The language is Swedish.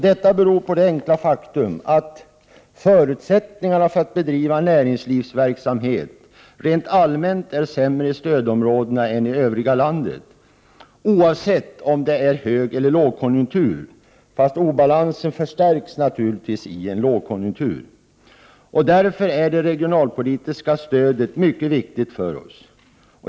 Detta beror på det enkla faktum att förutsättningarna för att bedriva näringslivsverksamhet rent allmänt är sämre i stödområdena än i landet i övrigt, oavsett om det är högeller lågkonjunktur, fast obalansen förstärks naturligtvis under en lågkonjunktur. Därför är det regionalpolitiska stödet mycket viktigt för oss.